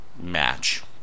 match